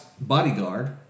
Bodyguard